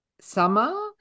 summer